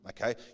Okay